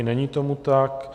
Není tomu tak.